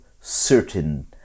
certain